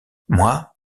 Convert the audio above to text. moi